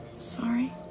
sorry